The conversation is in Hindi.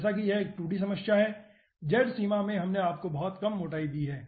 जैसा कि यह एक 2d समस्या है z सीमा में हमने आपको बहुत कम मोटाई दी है